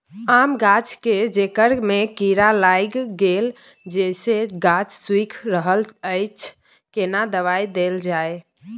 आम गाछ के जेकर में कीरा लाईग गेल जेसे गाछ सुइख रहल अएछ केना दवाई देल जाए?